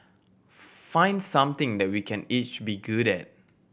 find something that we can each be good at